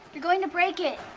you're going to break it.